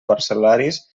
parcel·laris